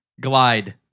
glide